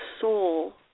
soul